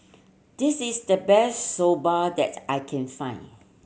this is the best Soba that I can find